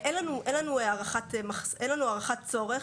אין לנו הערכת צורך.